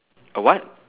a what